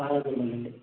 అలాగే అండి